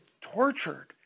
tortured